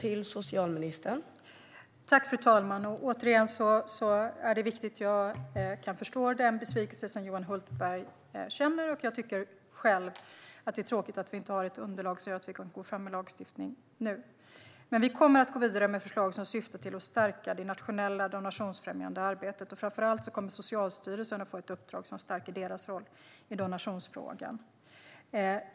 Fru talman! Jag kan förstå den besvikelse som Johan Hultberg känner, och jag tycker också att det är tråkigt att vi inte har ett underlag som gör att vi kan gå fram med en lagstiftning nu. Men vi kommer att gå vidare med förslag som syftar till att stärka det nationella donationsfrämjande arbetet. Framför allt kommer Socialstyrelsen att få ett uppdrag som stärker deras roll i donationsfrågan.